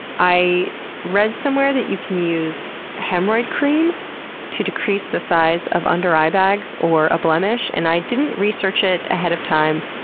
i read somewhere that you can use hemorrhoid cream to decrease the size of under-eye bags or a blemish and i didn't research it ahead of time.